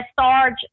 Sarge